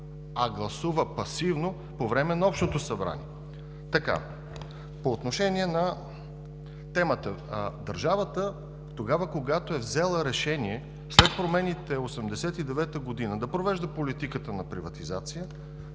а гласува пасивно по време на Общото събрание. По отношение на темата. Когато държавата е взела решение след промените през 1989 г. да провежда политика на приватизация,